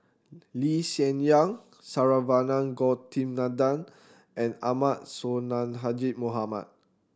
Lee Hsien Yang Saravanan Gopinathan and Ahmad Sonhadji Mohamad